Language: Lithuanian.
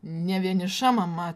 ne vieniša mama